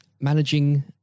managing